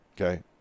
Okay